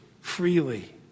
freely